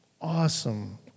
awesome